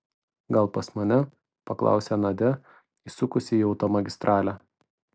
gal pas mane paklausė nadia įsukusi į automagistralę